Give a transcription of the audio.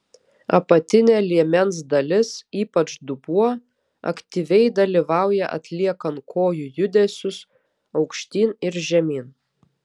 apatinė liemens dalis ypač dubuo aktyviai dalyvauja atliekant kojų judesius aukštyn ir žemyn